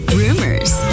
rumors